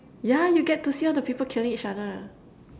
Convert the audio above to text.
yeah you get to see all the people killing each other